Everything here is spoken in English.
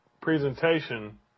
presentation